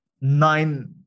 nine